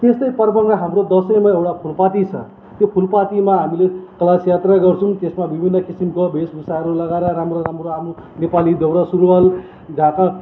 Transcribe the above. त्यस्तै पर्वमा हाम्रो दसैँंमा एउडा फुलपाती छ त्यो फुलपातीमा हामीले कलस यात्रा गर्छौँ त्यसमा विभिन्न किसिमको वेशभूषाहरू लगाएर राम्रो राम्रो नेपाली दौरा सुरुवाल ढाका टोपी